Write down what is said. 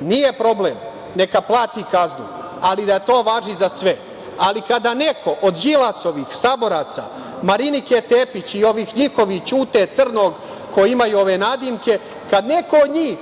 nije problem, neka plati kaznu, ali da to važi za sve. Ali, kada neko od Đilasovih saboraca, Marinike Tepić i ovih njihovih, Ćute, Crnog, koji imaju ove nadimke, kad neko od njih